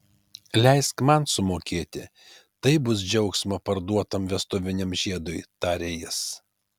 leisk man sumokėti tai bus džiaugsmo parduotam vestuviniam žiedui tarė jis